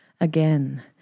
Again